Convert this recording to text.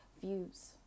views